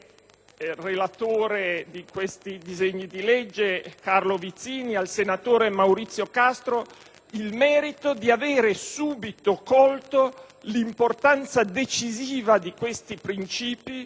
relatore su questi disegni di legge, senatore Carlo Vizzini, e al senatore Maurizio Castro il merito di aver subito colto l'importanza decisiva di questi principi